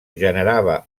generava